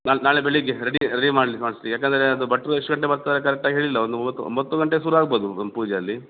ನಾಳ್ ನಾಳೆ ಬೆಳಗ್ಗೆ ready ready ಮಾಡಲಿ ಮಾಡಿಸಿ ಯಾಕಂದರೆ ಅದು ಭಟ್ಟರು ಎಷ್ಟು ಗಂಟೆಗೆ ಬರ್ತಾರೆ ಕರೆಕ್ಟಾಗಿ ಹೇಳಿಲ್ಲ ಒಂದು ಒಂಬತ್ತು ಒಂಬತ್ತು ಗಂಟೆ ಸುರು ಆಗ್ಬೋದು ಒಂದು ಪೂಜೆ ಅಲ್ಲಿ